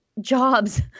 jobs